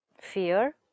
fear